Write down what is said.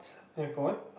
airport